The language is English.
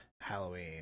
Halloween